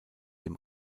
dem